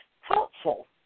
helpful